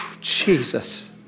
Jesus